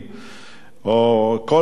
חברי חברי הכנסת,